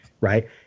right